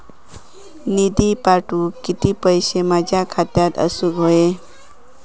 निधी पाठवुक किती पैशे माझ्या खात्यात असुक व्हाये?